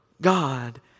God